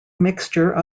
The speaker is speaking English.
mixture